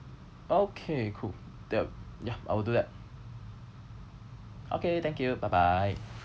okay cool that will ya I will do that okay thank you bye bye